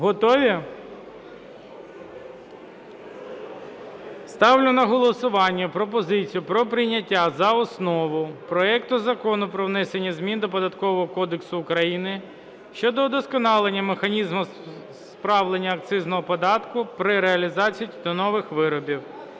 Готові? Ставлю на голосування пропозицію про прийняття за основу проекту Закону про внесення змін до Податкового кодексу України (щодо вдосконалення механізму справляння акцизного податку при реалізації тютюнових виробів)